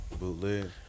bootleg